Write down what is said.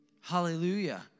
Hallelujah